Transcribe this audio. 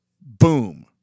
boom